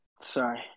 sorry